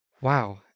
Wow